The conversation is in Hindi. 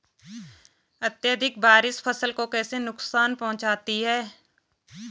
अत्यधिक बारिश फसल को कैसे नुकसान पहुंचाती है?